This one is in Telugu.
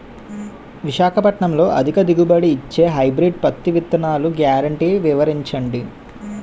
విశాఖపట్నంలో అధిక దిగుబడి ఇచ్చే హైబ్రిడ్ పత్తి విత్తనాలు గ్యారంటీ వివరించండి?